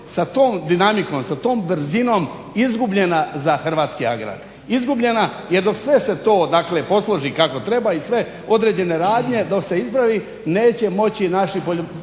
sa tom dinamikom, sa tom brzinom izgubljena za hrvatski agram, izgubljena jer dok sve se to dakle posloži kako treba i sve određene radnje dok se ispravi neće moći naši, bilo